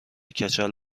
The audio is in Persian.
کچل